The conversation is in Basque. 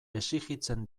exijitzen